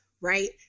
right